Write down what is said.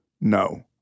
No